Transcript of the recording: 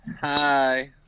Hi